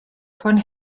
von